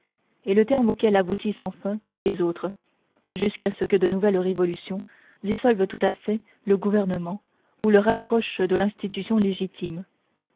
et le terme auquel aboutissent enfin tous les autres jusqu'à ce que de nouvelles révolutions dissolvent tout à fait le gouvernement ou le rapprochent de l'institution légitime